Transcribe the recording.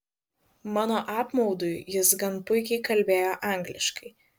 mano apmaudui jis gan puikiai kalbėjo angliškai